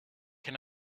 can